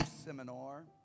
seminar